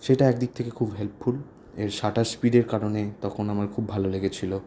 সেটা একদিক থেকে খুব হেল্পফুল এর শাটার স্পীডের কারণে তখন আমার খুব ভালো লেগেছিল